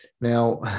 Now